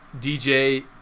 DJ